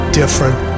different